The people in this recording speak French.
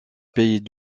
pays